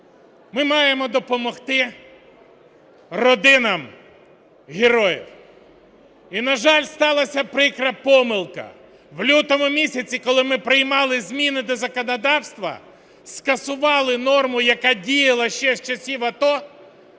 Ми маємо допомогти родинам героїв. І, на жаль, сталася прикра помилка, в лютому місяці, коли ми приймали зміни до законодавства, скасували норму, яка діяла ще з часів АТО,